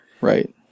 Right